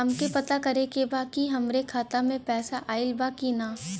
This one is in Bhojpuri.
हमके पता करे के बा कि हमरे खाता में पैसा ऑइल बा कि ना?